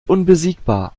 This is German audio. unbesiegbar